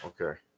Okay